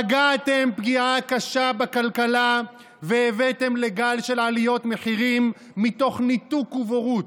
פגעתם פגיעה קשה בכלכלה והבאתם לגל של עליות מחירים מתוך ניתוק ובורות.